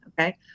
Okay